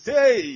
Say